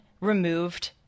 removed